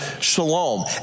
shalom